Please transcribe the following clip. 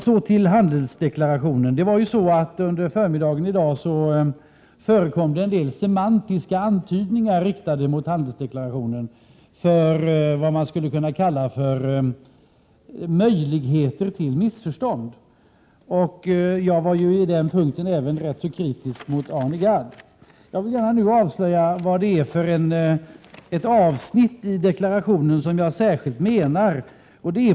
Så till handelsdeklarationen. Under förmiddagen i dag förekom en del semantiska antydningar riktade mot handelsdeklarationen för vad man skulle kunna kalla möjligheter till missförstånd. Jag var på den punkten rätt kritisk även mot Arne Gadd. Jag vill nu gärna avslöja vad det är för avsnitt i deklarationen som jag särskilt menar.